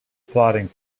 plodding